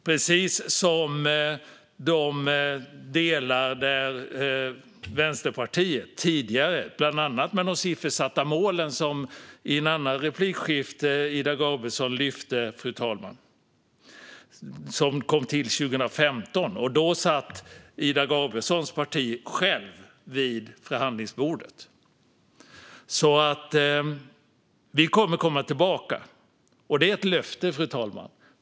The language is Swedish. Det är precis som för Vänsterpartiet med de siffersatta målen, som Ida Gabrielsson tog upp i ett annat replikskifte. De kom till 2015, och då satt Ida Gabrielssons parti med vid förhandlingsbordet. Vi kommer att komma tillbaka. Det är ett löfte, fru talman.